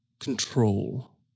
control